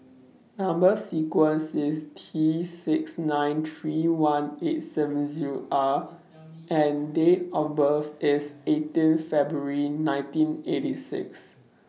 Number sequence IS T six nine three one eight seven Zero R and Date of birth IS eighteen February nineteen eighty six